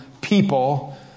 people